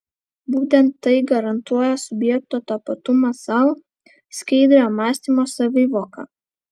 būtent tai garantuoja subjekto tapatumą sau skaidrią mąstymo savivoką